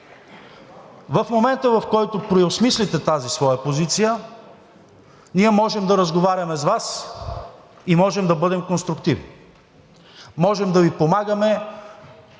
В момента, в който преосмислите тази своя позиция, ние можем да разговаряме с Вас и можем да бъдем конструктивни, можем да Ви помагаме